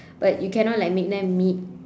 but you cannot like make them meet